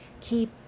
keep